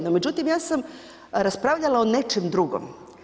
No međutim, ja sam raspravljala o nečem drugom.